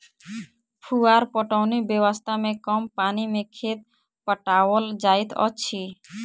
फुहार पटौनी व्यवस्था मे कम पानि मे खेत पटाओल जाइत अछि